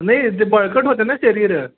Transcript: नाही ते बळकट होते ना शरीर